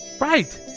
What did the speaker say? right